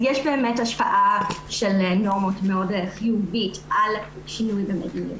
אז יש באמת השפעה של נורמות מאוד חיובית על שינוי במדיניות.